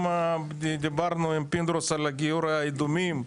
גם דיברנו עם פינדרוס על גיור האדומים,